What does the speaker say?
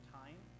time